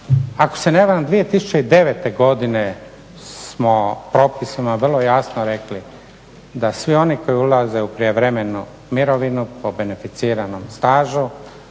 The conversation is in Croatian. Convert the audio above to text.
Ako se ne varam 2009. godine smo propisima vrlo jasno rekli da svi oni koji ulaze u prijevremenu mirovinu po beneficiranom stažu